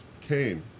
came